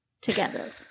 together